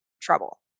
trouble